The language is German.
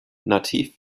nativ